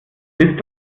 bist